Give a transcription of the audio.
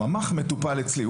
הממ"ח מטופל אצלי.